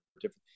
different